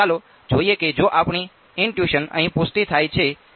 તો ચાલો જોઈએ કે જો આપણી ઇનટ્યુશન અહીં પુષ્ટિ થાય છે